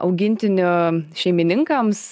augintinių šeimininkams